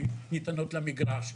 שניתנות למגרש.